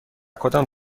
کدام